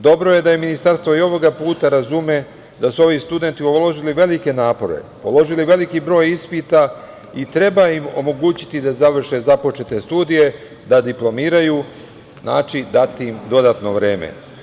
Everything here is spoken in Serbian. Dobro je da Ministarstvo i ovog puta razume da su ovi studenti uložili velike napore, položili veliki broj ispita i treba im omogućiti da završe započete studije, da diplomiraju, znači dati im dodatno vreme.